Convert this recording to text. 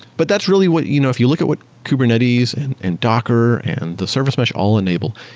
but that's really what you know if you look at what kubernetes and and docker and the service mesh all enable,